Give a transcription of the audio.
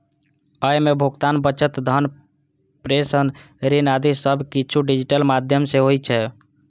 अय मे भुगतान, बचत, धन प्रेषण, ऋण आदि सब किछु डिजिटल माध्यम सं होइ छै